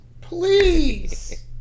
please